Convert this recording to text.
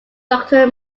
doctor